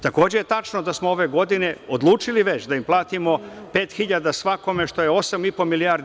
Takođe je tačno da smo ove godine odlučili da im platimo 5.000 svakome, što je 8,5 milijardi.